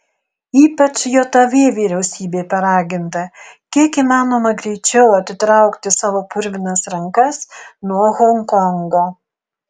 ypač jav vyriausybė paraginta kiek įmanoma greičiau atitraukti savo purvinas rankas nuo honkongo